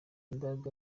imbaraga